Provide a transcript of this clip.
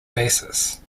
basis